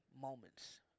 moments